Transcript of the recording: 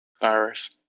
Virus